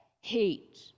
hate